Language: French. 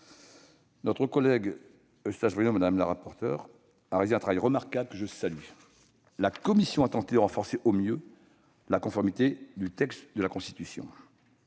Jacqueline Eustache-Brinio, rapporteure, a réalisé un travail remarquable, que je salue. La commission a tenté de renforcer au mieux la conformité du texte à la Constitution.